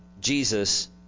Jesus